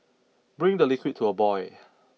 bring the liquid to a boil